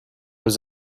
was